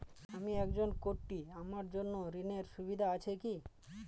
আমি একজন কট্টি আমার জন্য ঋণের সুবিধা আছে কি?